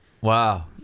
Wow